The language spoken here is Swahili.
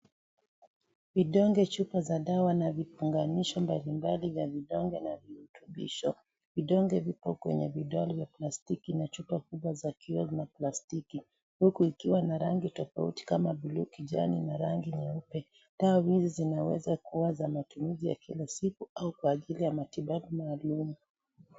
Vidonge, chupa za dawa, na vifunganisho mbalimbali vya vidonge na virutubisho. Vidonge vipo kwenye vidonge vya plastiki na chupa kubwa za kioo na plastiki, huku zikiwa na rangi tofauti kama bluu, kijani, na rangi nyeupe. Dawa hizi zinaweza kuwa za matumizi ya kila siku au kwa ajili ya matibabu maalum.